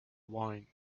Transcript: wine